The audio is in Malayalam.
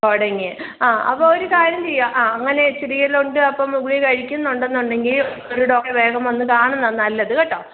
തുടങ്ങി ആ അപ്പോൾ ഒരു കാര്യം ചെയ്യാം ആ അങ്ങനെ എച്ച് ഡി എല് ഉണ്ട് അപ്പം ഗുളിക കഴിക്കുന്നുണ്ടെന്നുണ്ടെങ്കിൽ ഒരു ഡോക്ടറെ വേഗം വന്ന് കാണുന്നതാണ് നല്ലത് കേട്ടോ